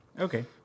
Okay